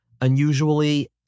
unusually